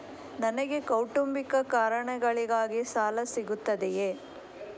ನನಗೆ ಕೌಟುಂಬಿಕ ಕಾರಣಗಳಿಗಾಗಿ ಸಾಲ ಸಿಗುತ್ತದೆಯೇ?